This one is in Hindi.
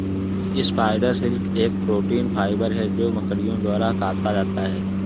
स्पाइडर सिल्क एक प्रोटीन फाइबर है जो मकड़ियों द्वारा काता जाता है